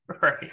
right